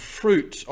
fruit